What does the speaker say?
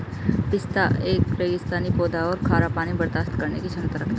पिस्ता एक रेगिस्तानी पौधा है और खारा पानी बर्दाश्त करने की क्षमता रखता है